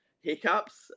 hiccups